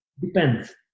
depends